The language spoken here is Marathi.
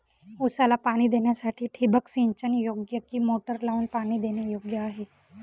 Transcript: ऊसाला पाणी देण्यासाठी ठिबक सिंचन योग्य कि मोटर लावून पाणी देणे योग्य आहे?